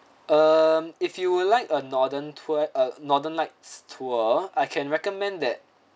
um if you would like a northern tour uh northern lights tour I can recommend that